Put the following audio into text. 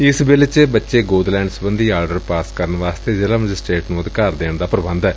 ਏਸ ਬਿੱਲ ਚ ਬੱਚੇ ਗੋਦ ਲੈਣ ਸਬੰਧੀ ਆਰਡਰ ਪਾਸ ਕਰਨ ਵਾਸਤੇ ਜ਼ਿਲ੍ਹਾ ਮੈਜਿਸਟਰੇਟ ਨੂੰ ਅਧਿਕਾਰ ਦੇਣ ਦਾ ਪ੍ਰਬੰਧ ਏ